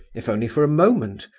if only for a moment,